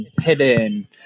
Hidden